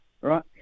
right